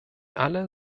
alle